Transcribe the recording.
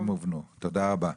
הדברים הובנו, תודה רבה.